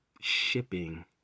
shipping